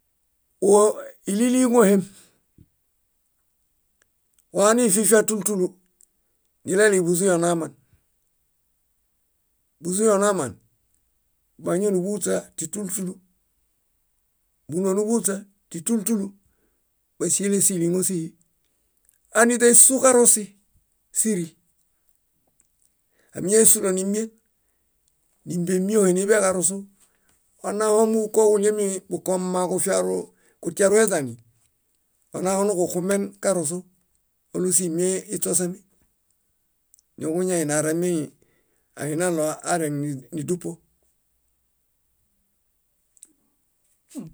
. Óo íliliŋohem, onififia túlu túlu niɭalebuzui onaoman. Buzui onaoman, bañon níḃuhuśa tĩ túlu túlu, búnoonuḃuhuśa tĩ túlu túlu, báŝiele síliŋosihi. Áiźaisuġarosi, síri. Ámiñahesulo nimien, nímbeimiohe níḃeġarosu. Anaho ómu koġuɭiemibokomma kufiaru kutiarueźani, onahonuġuxumen karosu oɭum símieṗ iśuosemi. Ñoġuñainiaremi, ahinaɭo arenídupo.